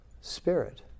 spirit